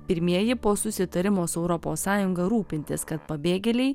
pirmieji po susitarimo su europos sąjunga rūpintis kad pabėgėliai